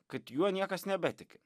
kad juo niekas nebetiki